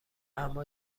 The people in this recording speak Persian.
اما